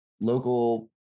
local